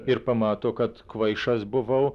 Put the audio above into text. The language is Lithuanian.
ir pamato kad kvaišas buvau